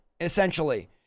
essentially